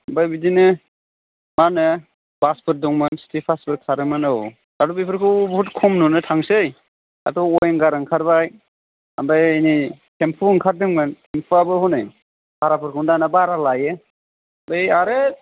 ओमफ्राय बिदिनो मा होनो बासफोर दंमोन सिटि बासफोर खारोमोन औ दाथ' बेफोरखौ बुहुथ खम नुनो थांसै दाथ' अवेंगार ओंखारबाय ओमफ्राय नै टेम्पु ओंखारदोंमोन टेम्पुआबो हनै भाराफोरखौनो दाना बारा लायो बै आरो